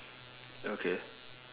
okay